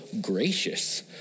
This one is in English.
gracious